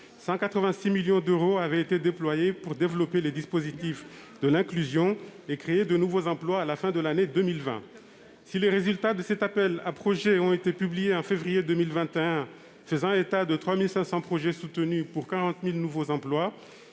186 millions d'euros avaient été déployés pour développer les dispositifs de l'inclusion et créer de nouveaux emplois à la fin de l'année 2020. Si les résultats de cet appel à projets ont été publiés au mois de février 2021, faisant état de 3 500 projets soutenus pour 40 000 nouveaux emplois,